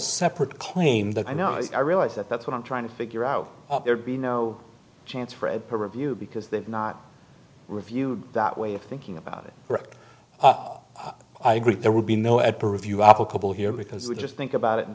separate claim that i know i realize that that's what i'm trying to figure out there be no chance for a peer review because they've not reviewed that way of thinking about it i agree there would be no at the review applicable here because we just think about it in